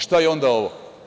Šta je onda ovo?